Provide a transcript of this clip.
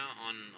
on